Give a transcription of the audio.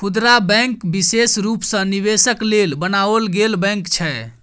खुदरा बैंक विशेष रूप सँ निवेशक लेल बनाओल गेल बैंक छै